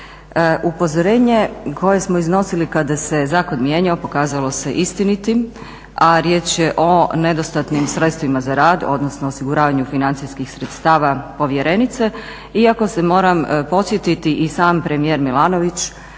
Upozorenje koje smo iznosili kada se zakon mijenjao pokazalo se istinitim, a riječ je o nedostatnim sredstvima za rad, odnosno osiguravanju financijskih sredstava povjerenice iako se, moram podsjetiti, i sam premijer Milanović